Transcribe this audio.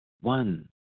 One